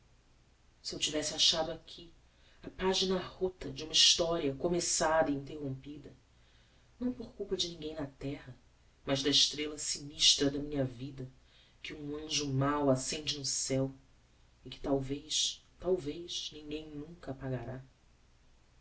se eu tivesse achado aqui a pagina rota de uma historia começada e interrompida não por culpa de ninguem na terra mas da estrella sinistra da minha vida que um anjo mau accendeu no ceu e que talvez talvez ninguem nunca apagará